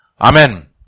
Amen